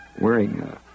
wearing